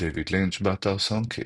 דייוויד לינץ', באתר Songkick